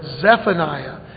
Zephaniah